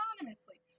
anonymously